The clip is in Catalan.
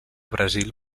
brasil